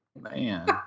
Man